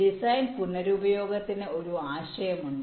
design പുനരുപയോഗത്തിന് ഒരു ആശയം ഉണ്ട്